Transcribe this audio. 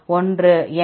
1 N